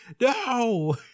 No